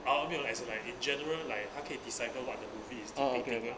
ah oh 没有 as in like in general like 他可以 decipher what the movie is talking about